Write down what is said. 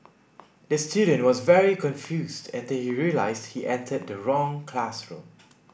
the student was very confused until he realised he entered the wrong classroom